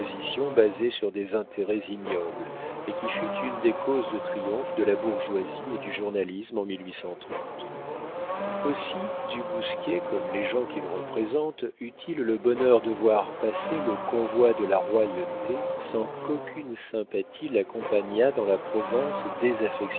basée sur des intérêts ignobles et qui fut une des causes de triomphe de la bourgeoisie et du journalisme en aussi du bousquier comme les gens qu'il représente eut-il le bonheur de voir passer le convoi de la royauté sans qu'aucune sympathie l'accompagnât dans la province